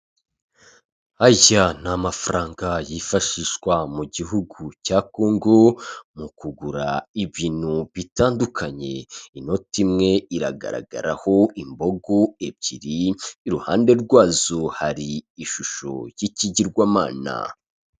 Aya ni amafaranga yifashishwa mu gihugu cya Congo mu kugura ibintu bitandukanye, inota imwe iragaragaraho imbogo ebyiri i ruhande rwazo hari ishusho y'ikigirwamana.